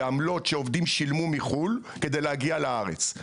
בעמלות שהעובדים שילמו מחו"ל כדי להגיע לארץ.